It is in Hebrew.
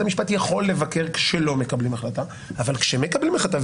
המשפט יכול לבקר כשלא מקבלים החלטה אבל כאשר מקבלים החלטה,